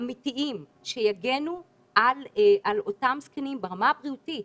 אמיתיים שיגנו על אותם זקנים ברמה הבריאותית,